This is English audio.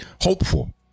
hopeful